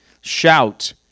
Shout